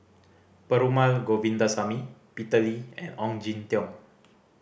Perumal Govindaswamy Peter Lee and Ong Jin Teong